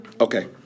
Okay